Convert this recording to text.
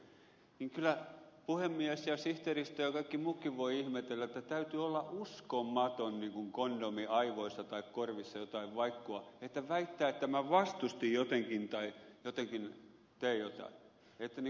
kyllä puhemies ja sihteeristö ja kaikki muutkin voivat ihmetellä että täytyy olla uskomaton niin kuin kondomi aivoissa tai korvissa jotain vaikkua että väittää että minä vastustin jotenkin tai tein jotain